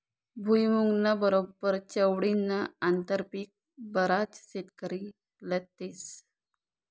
भुईमुंगना बरोबर चवळीनं आंतरपीक बराच शेतकरी लेतस